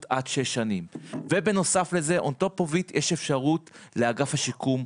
עד שש שנים ובנוסף לזה יש אפשרות לאגף השיקום,